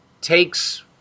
takes